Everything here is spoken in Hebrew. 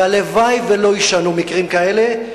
והלוואי שלא יישנו מקרים כאלה.